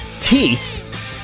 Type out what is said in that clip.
teeth